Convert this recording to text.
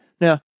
Now